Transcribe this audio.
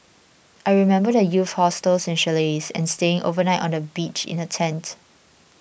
I remember the youth hostels and chalets and staying overnight on the beach in a tent